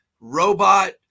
robot